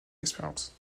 l’expérience